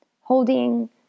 holding